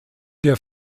der